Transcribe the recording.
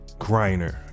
Griner